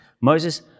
Moses